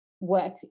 work